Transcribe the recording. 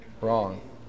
Wrong